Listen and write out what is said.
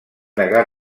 negar